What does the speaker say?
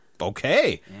Okay